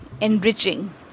enriching